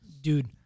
Dude